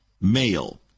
male